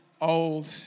old